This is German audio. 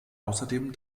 außerdem